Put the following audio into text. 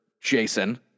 jason